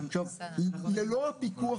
אנחנו לא מבקשים תקצוב.